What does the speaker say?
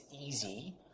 easy